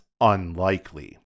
unlikely